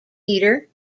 peter